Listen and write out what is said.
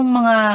mga